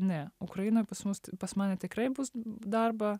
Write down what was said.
ne ukraina pas mus pas mane tikrai bus darbą